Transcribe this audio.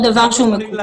אין דבר כזה.